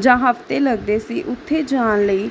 ਜਾਂ ਹਫਤੇ ਲੱਗਦੇ ਸੀ ਉੱਥੇ ਜਾਣ ਲਈ